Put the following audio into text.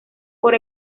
por